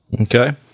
Okay